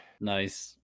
Nice